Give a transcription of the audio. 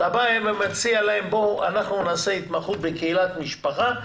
אתה מציע להם שאתם תעשו התמחות בקהילת משפחה,